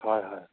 হয় হয়